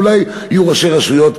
ואולי יהיו ראשי רשויות,